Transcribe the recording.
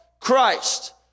Christ